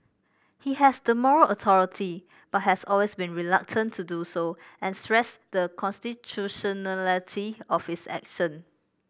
he has the moral authority but has always been reluctant to do so and stressed the constitutionality of his action